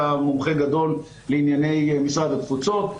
אתה מומחה גדול לענייני משרד התפוצות,